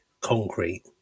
concrete